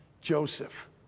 Joseph